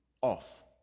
off